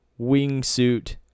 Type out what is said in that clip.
wingsuit